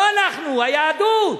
לא אנחנו, היהדות.